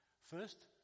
first